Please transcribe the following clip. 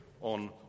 on